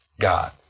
God